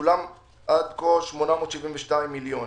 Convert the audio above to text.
שולמו עד כה 872 מיליון.